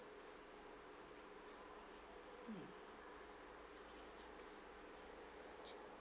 mm